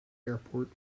airport